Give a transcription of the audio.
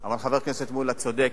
אבל חבר הכנסת מולה צודק.